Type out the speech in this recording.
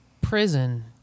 prison